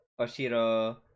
Oshiro